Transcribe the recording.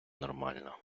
нормально